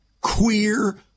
queer